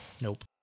Nope